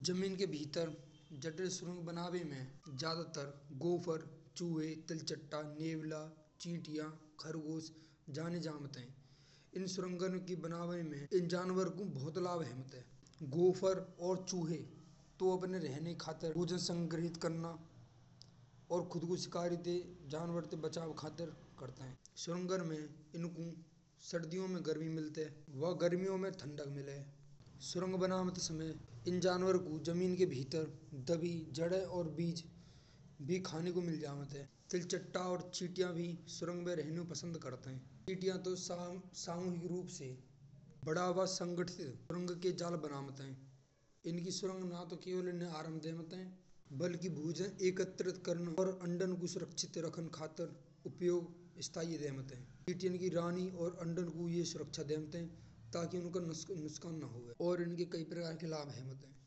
जमीन के भीतर सुरंग बनावे में ज्यादातर गुफर, छुहे तिलचट्टा, नेवला चिटियाँ, खरगोश जाने जावत है। इन सुरंगन की बनावे में इन्हे जानवर को बहुत लाभ होमत है। गुफर और चुहे के लिए जाएँ तो अपने रहने के लिए ऊर्जा संग्रहित कराना। और खुद को शिकारी दे जानवर से बचाव खातिर करता है। सुरंगन में इन्हें सर्दियो में गर्मी मिलती है वाह गर्मियों में ठंडक मिले। सुरंग बनावट, समय इन्हे जन्वारों को जमीन के भीतर दबे जाड़े और बीज भी खाने को मिल जेमत है। फिर तिलचट्टा और चिटियाँ भी सुरंग में रहना पसंद करते हैं। चिटियाँ तो संग उरोक से बड़ा वस स्नगठित के जाल बनावत है। इनकी सुरंग ना तो केवल इनके आराम देमत है। बल्कि भोजन एकत्रित करनो और अंडन को सुरक्षित करने खातिर उपयोग देमत है। इनकी ध्वनि और अंडन कु येह सुरक्षा देवत है। ताकि उनका नुकसान ना होवे। और इनके कई प्रकार के लाभ होत है।